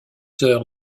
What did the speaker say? heures